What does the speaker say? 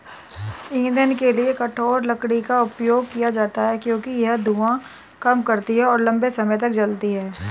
ईंधन के लिए कठोर लकड़ी का उपयोग किया जाता है क्योंकि यह धुआं कम करती है और लंबे समय तक जलती है